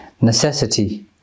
necessity